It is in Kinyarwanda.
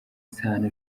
isano